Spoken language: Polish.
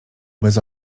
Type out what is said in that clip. bez